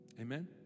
Amen